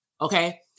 Okay